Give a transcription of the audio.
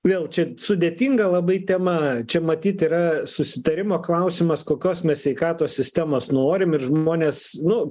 vėl čia sudėtinga labai tema čia matyt yra susitarimo klausimas kokios mes sveikatos sistemos norim ir žmonės nu